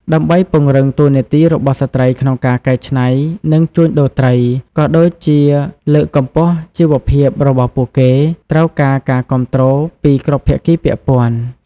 ដើម្បីពង្រឹងតួនាទីរបស់ស្ត្រីក្នុងការកែច្នៃ និងជួញដូរត្រី ក៏ដូចជាលើកកម្ពស់ជីវភាពរបស់ពួកគេ ត្រូវការការគាំទ្រពីគ្រប់ភាគីពាក់ព័ន្ធ។